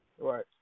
Right